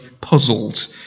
puzzled